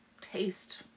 taste